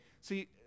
See